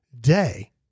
day